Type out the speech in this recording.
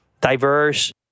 diverse